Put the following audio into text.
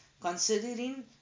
considering